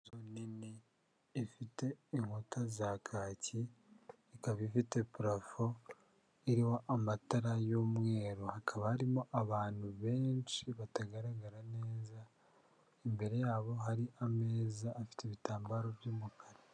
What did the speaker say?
Inzu nini ifite inkuta za kacyi, ikaba ifite purafo iririmo amatara y'umweru, hakaba harimo abantu benshi batagaragara neza, imbere yabo hari ameza afite ibitambaro by'umukara.